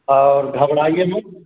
और घबराइए मत